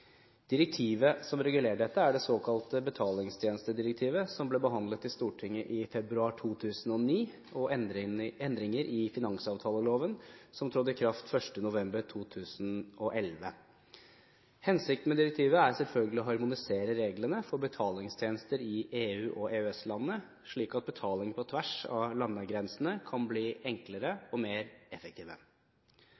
Direktivet som regulerer dette, er det såkalte betalingstjenestedirektivet som ble behandlet i Stortinget i februar 2009, og endringer i finansavtaleloven, som trådte i kraft november 2011. Hensikten med direktivet er selvfølgelig å harmonisere reglene for betalingstjenester i EU- og EØS-landene, slik at betaling på tvers av landegrensene kan bli enklere